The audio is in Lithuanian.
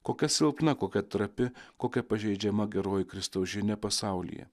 kokia silpna kokia trapi kokia pažeidžiama geroji kristaus žinia pasaulyje